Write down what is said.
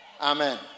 Amen